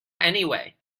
anyway